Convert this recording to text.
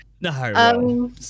no